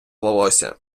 волосся